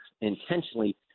intentionally